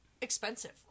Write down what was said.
expensive